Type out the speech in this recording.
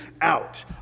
out